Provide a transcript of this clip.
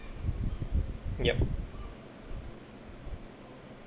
yup